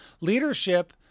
Leadership